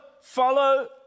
follow